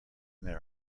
their